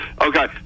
Okay